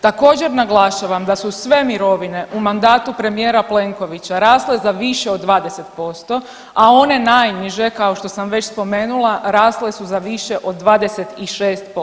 Također naglašavam da su sve mirovine u mandatu premijera Plenkovića rasle za više od 20%, a one najniže kao što sam već spomenula rasle su za više od 26%